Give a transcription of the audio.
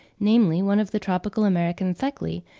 namely, one of the tropical american theclae,